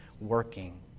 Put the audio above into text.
working